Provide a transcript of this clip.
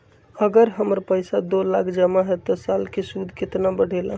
अगर हमर पैसा दो लाख जमा है त साल के सूद केतना बढेला?